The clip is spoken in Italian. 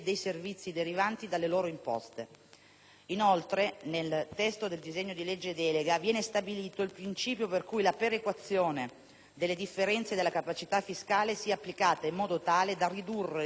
Inoltre, nel testo del disegno di legge delega viene stabilito il principio per cui la perequazione delle differenze delle capacità fiscali sia applicata in modo tale da ridurre le differenze fra i vari territori,